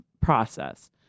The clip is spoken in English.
process